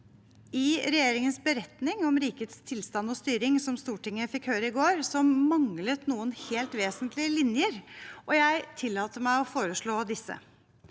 I regjeringens beretning om rikets tilstand og styring, som Stortinget fikk høre i går, manglet det noen helt vesentlige linjer, og jeg tillater meg å foreslå disse: